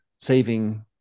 saving